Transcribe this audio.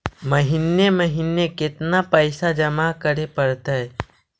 महिने महिने केतना पैसा जमा करे पड़तै?